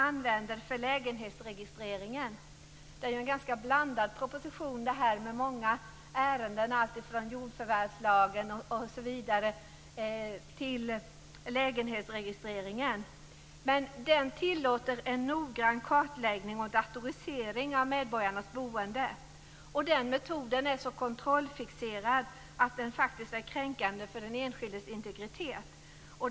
Propositionen är blandad med många ärenden från jordförvärvslagen till lägenhetsregistreringen. Registreringen tillåter en noggrann kartläggning och datorisering av medborgarnas boende. Metoden är så kontrollfixerad att den är kränkande för den enskildes integritet.